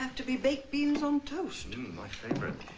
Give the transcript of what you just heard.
have to be baked beans on toast. my favorite.